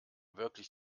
wirklich